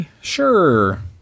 Sure